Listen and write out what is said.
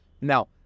Now